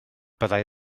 byddai